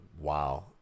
wow